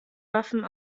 waffen